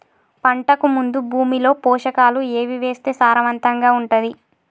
పంటకు ముందు భూమిలో పోషకాలు ఏవి వేస్తే సారవంతంగా ఉంటది?